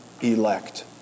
elect